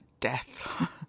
death